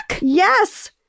Yes